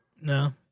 No